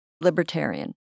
libertarian